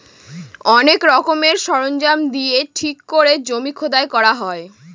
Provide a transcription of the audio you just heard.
অনেক রকমের সরঞ্জাম দিয়ে ঠিক করে জমি খোদাই করা হয়